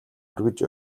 хүргэж